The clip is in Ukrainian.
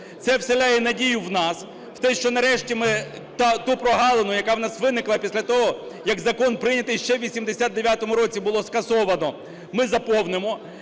Це вселяє надію в нас, у те, що нарешті ми ту прогалину, яка у нас виникла після того, як закон прийнятий ще у 89-му році, було скасовано. Ми заповнимо,